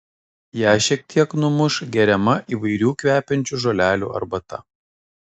ją šiek tiek numuš geriama įvairių kvepiančių žolelių arbata